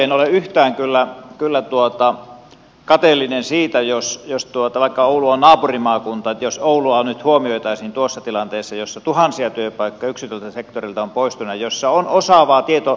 en ole yhtään kyllä kateellinen siitä vaikka oulu on naapurimaakunta jos oulua nyt huomioitaisiin tuossa tilanteessa jossa tuhansia työpaikkoja yksityiseltä sektorilta on poistunut ja jossa on osaavaa tietohallintohenkilöstöä